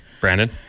Brandon